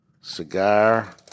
Cigar